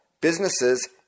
businesses